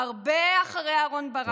הרבה אחרי אהרן ברק,